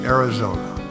Arizona